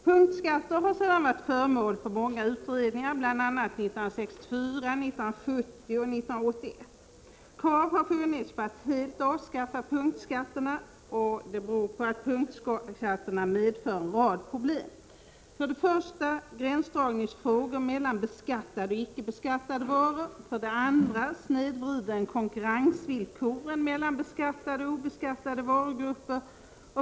Punktskatter har sedan varit föremål för många utredningar, bl.a. 1964, 1970 och 1981. Krav har funnits på att helt avskaffa punktskatterna. Det beror på att punktskatterna medför en rad problem: För det första uppstår frågor om gränsdragningen mellan beskattade och icke beskattade varor. För det andra snedvrider de konkurrensvillkoren mellan beskattade och obeskattade varugrupper.